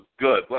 good